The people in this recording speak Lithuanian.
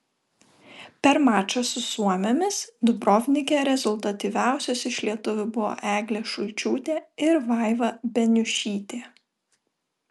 per mačą su suomėmis dubrovnike rezultatyviausios iš lietuvių buvo eglė šulčiūtė ir vaiva beniušytė